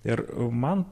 ir man